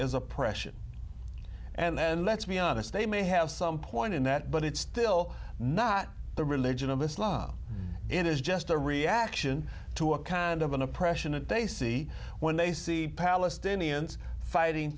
as oppression and then let's be honest they may have some point in that but it's still not the religion of islam it is just a reaction to a kind of an oppression and they see when they see palestinians fighting